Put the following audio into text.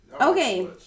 Okay